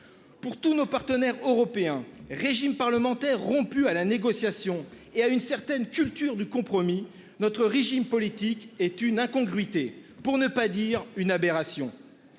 Pour tous nos partenaires européens, régime parlementaire rompu à la négociation et à une certaine culture du compromis notre régime politique est une incongruité pour ne pas dire une aberration.